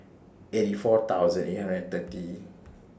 eighty four thousand eight hundred and thirty